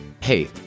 Hey